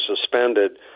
suspended